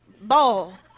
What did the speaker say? ball